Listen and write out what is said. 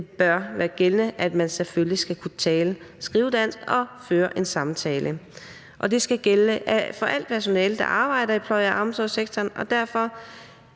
Det bør være gældende, at man selvfølgelig skal kunne tale og skrive dansk og kunne føre en samtale, og det skal gælde for alt personale, der arbejder i pleje- og omsorgssektoren. Derfor